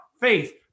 faith